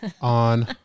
on